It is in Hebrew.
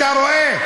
אתה רואה?